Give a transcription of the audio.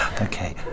Okay